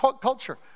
culture